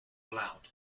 allowed